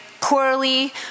poorly